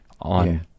on